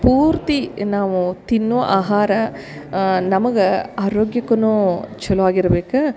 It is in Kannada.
ಪೂರ್ತಿ ನಾವು ತಿನ್ನೋ ಆಹಾರ ನಮಗೆ ಅರೋಗ್ಯಕ್ಕೂನು ಛಲೋ ಆಗಿರ್ಬೇಕು